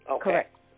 Correct